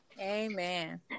amen